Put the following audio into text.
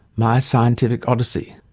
my scientific odyssey.